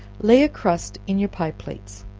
lay a crust in your pie plates,